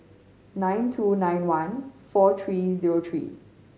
nine two nine one four three zero three